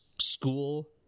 school